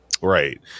Right